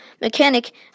mechanic